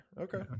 Okay